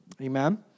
Amen